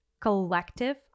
collective